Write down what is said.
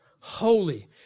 holy